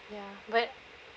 ya but